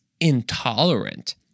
intolerant